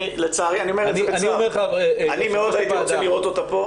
אני אומר את זה בצער.